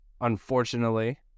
Unfortunately